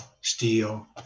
steel